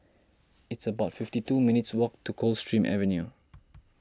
it's about fifty two minutes' walk to Coldstream Avenue